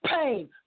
pain